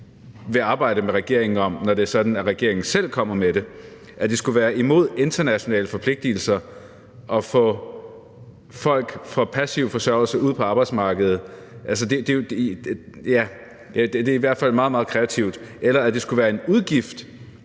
vil arbejde med regeringen om, når det er sådan, at regeringen selv kommer med det. At det skulle være imod internationale forpligtelser at få folk fra passiv forsørgelse ud på arbejdsmarkedet, er om ikke andet så i hvert fald meget, meget kreativt tænkt – eller at det skulle være en udgift,